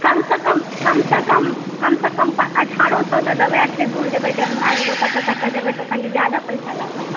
कम सॅं कम अठारह सए तऽ देबै एते दूर जेबै देवना जेबै कतय जेबै तऽ कनी जादा पैसा लागत